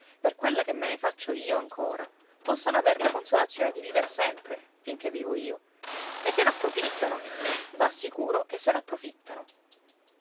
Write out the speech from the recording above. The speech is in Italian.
per quella che me ne faccio io ancora possono aver la consolazione di viver sempre finché vivo io e se n'approfittano v'assicuro che se n'approfittano